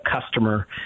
customer